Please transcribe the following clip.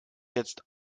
jetzt